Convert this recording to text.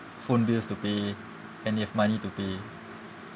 phone bills to pay and you have money to pay